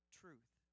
truth